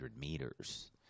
meters